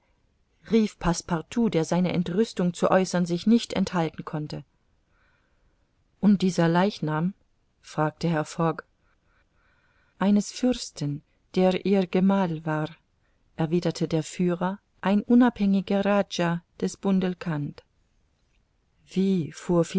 rief passepartout der seine entrüstung zu äußern sich nicht enthalten konnte und dieser leichnam fragte herr fogg eines fürsten der ihr gemahl war erwiderte der führer ein unabhängiger rajah des bundelkund wie